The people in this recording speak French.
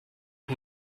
que